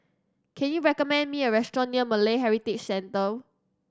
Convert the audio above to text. can you recommend me a restaurant near Malay Heritage Centre